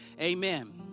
Amen